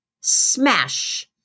smash